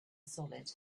solid